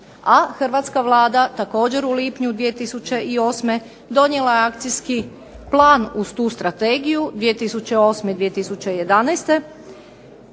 a hrvatska Vlada također u lipnju 2008. donijela je Akcijski plan uz tu Strategiju 2008.-2011.